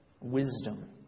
wisdom